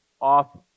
off